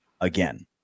again